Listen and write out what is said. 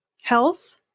health